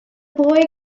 boy